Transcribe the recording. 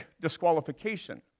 disqualification